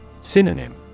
Synonym